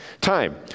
time